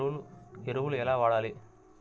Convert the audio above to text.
ఎరువులను ఎలా వాడాలి?